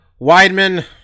Weidman